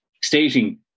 stating